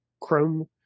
Chrome